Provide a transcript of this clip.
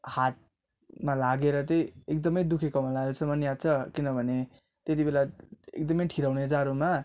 हातमा लागेर चाहिँ एकदमै दुखेको मलाई अहिलेसम्म याद छ किनभने त्यतिबेला एकदमै ठिहिऱ्याउने जाडोमा